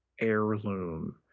heirloom